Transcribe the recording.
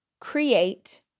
create